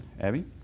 Abby